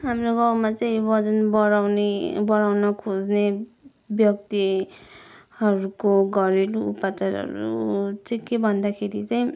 हाम्रो गाउँमा चै वजन बढाउने बढाउन खोज्ने व्यक्तिहरूको घरेलु उपचारहरू चाहिँ के भन्दाखेरि चाहिँ